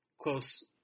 close